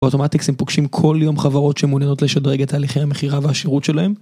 אוטומטיקסים פוגשים כל יום חברות שמעוניינות לשדרג את תהליכי המכירה והשירות שלהם